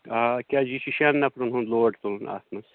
آ کیٛازِ یہِ چھِ شٮ۪ن نفرَن ہُنٛد لوڈ تُلُن اَتھ منٛز